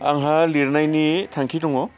आंहा लिरनायनि थांखि दङ